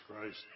Christ